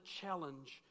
challenge